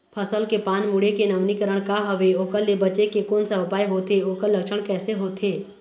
फसल के पान मुड़े के नवीनीकरण का हवे ओकर ले बचे के कोन सा उपाय होथे ओकर लक्षण कैसे होथे?